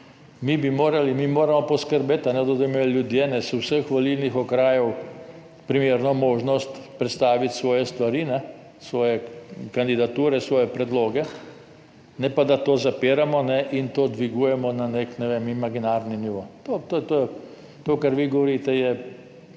Mi bi morali, mi moramo poskrbeti, da bodo imeli ljudje iz vseh volilnih okrajev primerno možnost predstaviti svoje stvari, svoje kandidature, svoje predloge, ne pa, da to zapiramo in to dvigujemo na neki, ne vem, imaginarni nivo. To, kar vi govorite je,